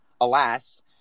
alas